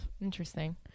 Interesting